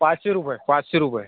पाचशे रुपये पाचशे रुपये